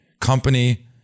company